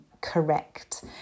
correct